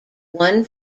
one